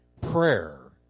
prayer